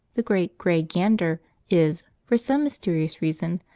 the great, grey gander is, for some mysterious reason,